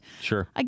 Sure